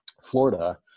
Florida